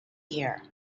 here